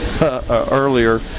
earlier